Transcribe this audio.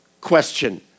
question